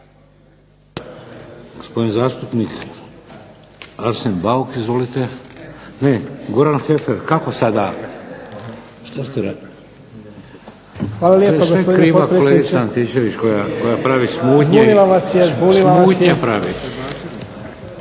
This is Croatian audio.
Hvala lijepo gospodine potpredsjedniče.